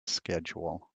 schedule